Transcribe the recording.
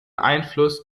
einfluss